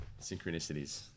synchronicities